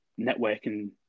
networking